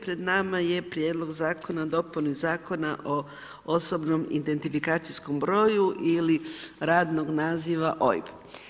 Pred nama je Prijedlog zakona o dopuni Zakona o osobnom identifikacijskom broju ili radno naziva OIB.